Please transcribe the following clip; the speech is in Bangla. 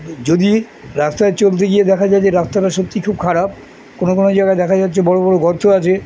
দেখা যদি রাস্তায় চলতে গিয়ে দেখা যায় যে রাস্তাটা সত্যি খুব খারাপ কোনো কোনো জায়গায় দেখা যাচ্ছে বড়ো বড়ো গর্ত আছে